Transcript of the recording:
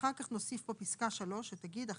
ואחר כך נוסיף פה פסקה (3) שתגיד: תיקון חוק